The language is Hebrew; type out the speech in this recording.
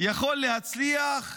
יכול להצליח?